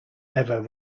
ever